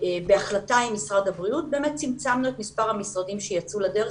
ובהחלטה עם משרד הבריאות באמת צמצמנו את מספר המשרדים שיצאו לדרך,